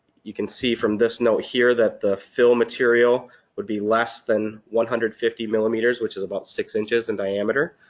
you can see from this note here that the film material would be less than one hundred and fifty millimeters which is about six inches in diameter.